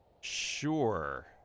Sure